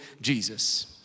Jesus